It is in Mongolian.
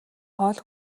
хоол